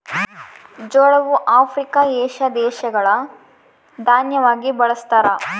ಜೋಳವು Africa, Asia ದೇಶಗಳ ಆಹಾರ ದಾನ್ಯವಾಗಿ ಬಳಸ್ತಾರ